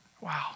Wow